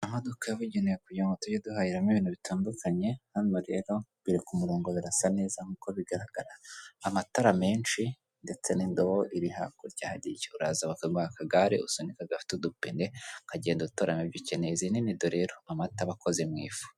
Amaduka yabugenewe kugira ngo tujye duhahiramo ibintu bitandukanye, hano rero biri ku murongo birasa neza nkuko bigaragara amatara menshi ndetse n'indobo iri hakurya hariya. Uraza bakaguha akagare usunika gafite udupine ukagenda utoramo ibyo ukeneye, izi ni nido amata aba akoze mu ifu.